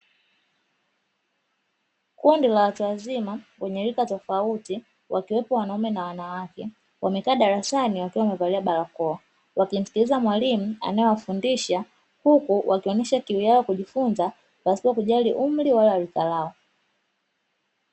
Kundi la watu wazima wenye rika tofauti wakiwepo wanaume na wanawake, wamekaa darasani wakiwa wamevalia barakoa wakimsikiliza mwalimu anaewafundisha huku wakionyesha kiu yao ya kujifunza pasipo kujali umri wala rika lao.